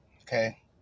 Okay